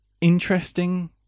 interesting